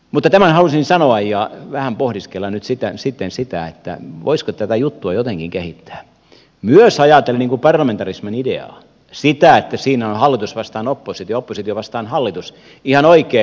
mutta tämän halusin sanoa ja vähän pohdiskella nyt sitten sitä voisiko tätä juttua jotenkin kehittää myös ajatellen parlamentarismin ideaa sitä että siinä on hallitus vastaan oppositio oppositio vastaan hallitus ihan oikein